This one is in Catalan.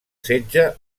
setge